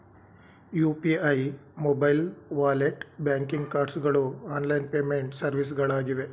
UPI, mobile wallet, banking cards ಗಳು online payment ಸರ್ವಿಸ್ಗಳಾಗಿವೆ